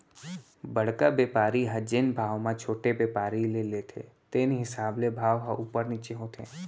बड़का बेपारी ह जेन भाव म छोटे बेपारी ले लेथे तेने हिसाब ले भाव ह उपर नीचे होथे